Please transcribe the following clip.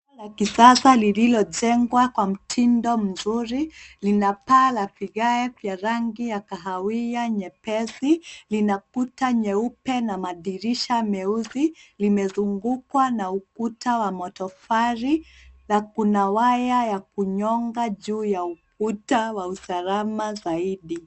La kisasa lililojengwa kwa mtindo mzuri lina paa la vigae vya rangi ya kahawia nyepesi, lina kuta nyeupe na madirisha meusi limezungukwa na ukuta wa matofali na kuna waya ya kunyonga juu ya ukuta wa usalama zaidi.